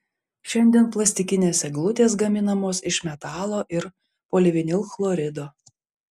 šiandien plastikinės eglutės gaminamos iš metalo ir polivinilchlorido